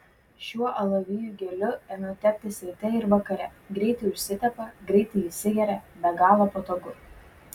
šiuo alavijų geliu ėmiau teptis ryte ir vakare greitai užsitepa greitai įsigeria be galo patogu